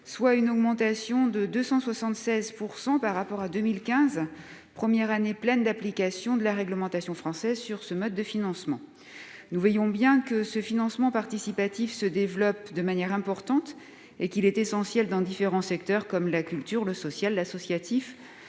soit une augmentation de 276 % par rapport à 2015, première année pleine d'application de la réglementation française sur ce mode de financement. Nous voyons bien que le financement participatif se développe de manière importante et qu'il est essentiel dans différents secteurs, comme la culture, le social, l'associatif